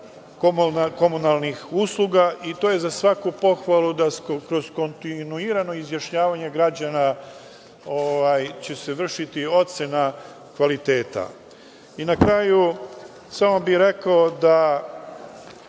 komunalnih usluga, i to je za svaku pohvalu da će se kroz kontinuirano izjašnjavanje građana vršiti ocena kvaliteta. Na kraju, samo bih rekao da